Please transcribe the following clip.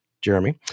Jeremy